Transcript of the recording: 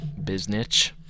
Biznich